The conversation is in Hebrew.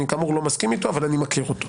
כאמור, אני לא מסכים איתו אבל אני מכיר אותו.